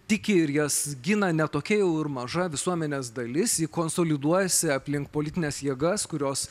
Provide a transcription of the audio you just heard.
tiki ir jas gina ne tokia jau ir maža visuomenės dalis ji konsoliduojasi aplink politines jėgas kurios